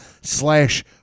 slash